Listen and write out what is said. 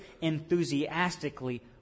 enthusiastically